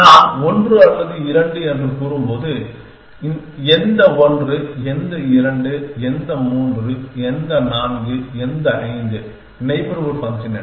நான் 1 அல்லது 2 என்று கூறும்போது எந்த 1 எந்த 2 எந்த 3 எந்த 4 எந்த 5 நெய்பர்ஹூட் ஃபங்க்ஷன் என்ன